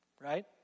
Right